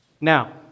Now